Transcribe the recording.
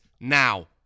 now